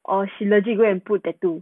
or she legit go and put tattoo